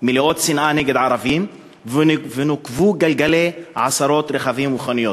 מלאות שנאה נגד ערבים ונוקבו גלגלי עשרות רכבים ומכוניות.